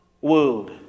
world